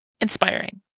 inspiring